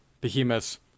behemoth